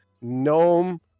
Gnome